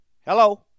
Hello